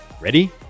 ready